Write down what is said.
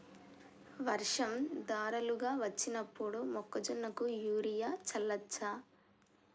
వర్షం ధారలుగా వచ్చినప్పుడు మొక్కజొన్న కు యూరియా చల్లచ్చా?